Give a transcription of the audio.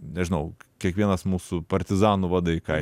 nežinau kiekvienas mūsų partizanų vadai ką